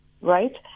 right